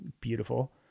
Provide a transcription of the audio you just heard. beautiful